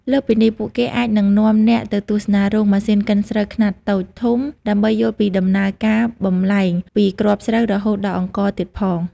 លើសពីនេះ ពួកគេអាចនឹងនាំអ្នកទៅទស្សនារោងម៉ាស៊ីនកិនស្រូវខ្នាតតូច ធំ ដើម្បីយល់ពីដំណើរការបំប្លែងពីគ្រាប់ស្រូវរហូតដល់អង្ករទៀតផង ។